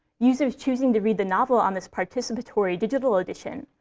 users choosing to read the novel on this participatory digital edition,